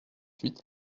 huit